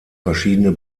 verschiedene